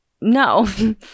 No